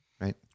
Right